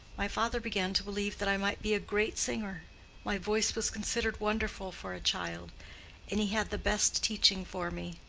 my father began to believe that i might be a great singer my voice was considered wonderful for a child and he had the best teaching for me.